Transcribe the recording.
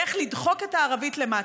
באיך לדחוק את הערבית למטה.